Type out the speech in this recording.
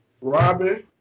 Robin